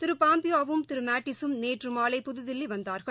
திரு பாம்பியோவும் திரு மேட்டிசும் நேற்று மாலை புதுதில்லி வந்தார்கள்